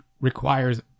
requires